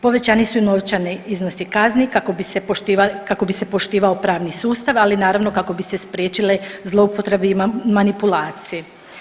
Povećani su i novčani iznosi kazni kako bi se poštivao pravni sustav, ali naravno kako bi se spriječile zloupotrebe i manipulacije.